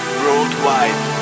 worldwide